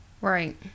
Right